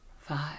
five